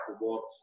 rewards